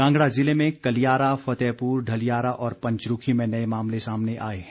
कांगड़ा जिले में कलियारा फतेहपुर ढलियारा और पंचरूखी में नए मामले सामने आए हैं